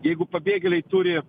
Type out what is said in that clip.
jeigu pabėgėliai turi